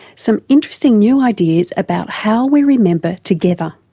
some interesting new ideas about how we remember together,